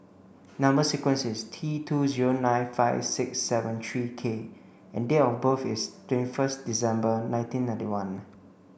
number sequence is T two zero nine five six seven three K and date of birth is twenty first December nineteen ninety one